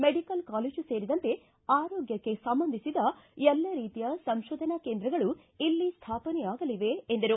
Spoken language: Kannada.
ಮೆಡಿಕಲ್ ಕಾಲೇಜು ಸೇರಿದಂತೆ ಆರೋಗ್ಯಕ್ಕೆ ಸಂಬಂಧಿಸಿದ ಎಲ್ಲಾ ರೀತಿಯ ಸಂಶೋಧನಾ ಕೇಂದ್ರಗಳು ಇಲ್ಲಿ ಸ್ವಾಪನೆಯಾಗಲಿವೆ ಎಂದರು